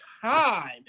time